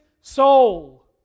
soul